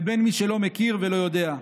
לבין מי שלא מכיר ולא יודע.